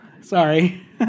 Sorry